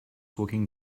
walking